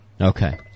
Okay